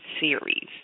Series